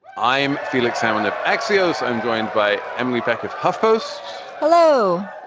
i'm felix salmon of axios. i'm joined by emily peck of huffpost. hello.